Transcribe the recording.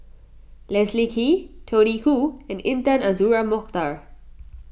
Leslie Kee Tony Khoo and Intan Azura Mokhtar